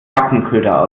rattenköder